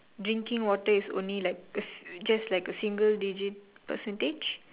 drinking water is only like a just like a single digit percentage